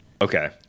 Okay